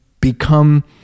become